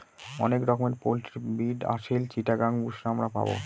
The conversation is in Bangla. অনেক রকমের পোল্ট্রি ব্রিড আসিল, চিটাগাং, বুশরা আমরা পাবো